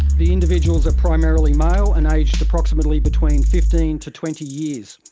the individuals are primarily male and aged approximately between fifteen to twenty years.